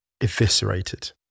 eviscerated